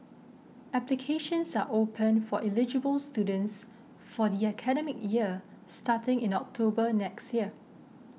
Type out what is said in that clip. applications are open for eligible students for the academic year starting in October next year